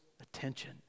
attention